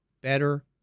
better